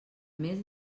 mes